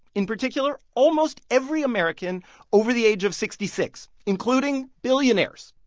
in particular, almost every american over the age of sixty six, including billionaires.